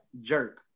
jerk